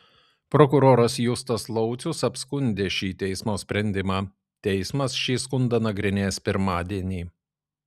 prokuroras justas laucius apskundė šį teismo sprendimą teismas šį skundą nagrinės pirmadienį